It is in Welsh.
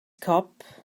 cop